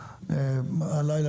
הלילה,